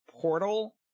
portal